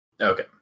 Okay